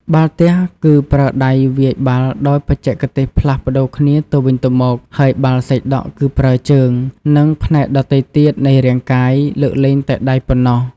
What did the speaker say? បាល់ទះ គឺប្រើដៃវាយបាល់ដោយបច្ចេកទេសផ្លាស់ប្តូរគ្នាទៅវិញទៅមក ហើយ បាល់សីដក់ គឺប្រើ ជើង និងផ្នែកដទៃទៀតនៃរាងកាយលើកលែងតែដៃប៉ុណ្ណោះ។